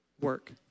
work